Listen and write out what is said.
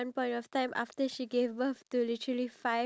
did you take him to the vet